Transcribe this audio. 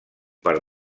per